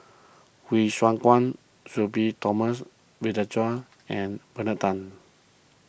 Hsu Tse Kwang Sudhir Thomas Vadaketh and Bernard Tan